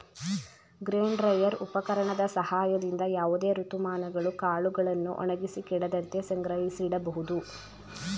grain dryer ಉಪಕರಣದ ಸಹಾಯದಿಂದ ಯಾವುದೇ ಋತುಮಾನಗಳು ಕಾಳುಗಳನ್ನು ಒಣಗಿಸಿ ಕೆಡದಂತೆ ಸಂಗ್ರಹಿಸಿಡಬೋದು